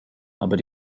aber